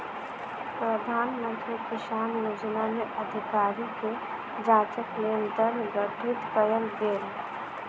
प्रधान मंत्री किसान योजना में अधिकारी के जांचक लेल दल गठित कयल गेल